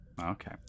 Okay